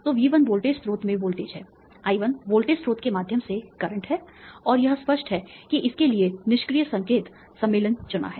तो V1 voltage स्रोत में वोल्टेज है I1 वोल्टेज स्रोत के माध्यम से करंट है और यह स्पष्ट है कि मैंने इसके लिए निष्क्रिय संकेत सम्मेलन चुना है